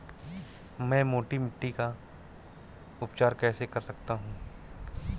मैं मोटी मिट्टी का उपचार कैसे कर सकता हूँ?